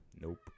nope